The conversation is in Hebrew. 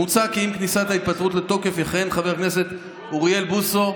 מוצע כי עם כניסת ההתפטרות לתוקף יכהן חבר הכנסת אוריאל בוסו,